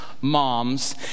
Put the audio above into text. moms